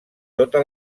tota